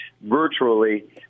virtually